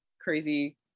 crazy